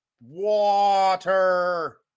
water